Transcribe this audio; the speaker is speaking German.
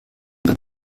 beim